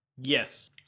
Yes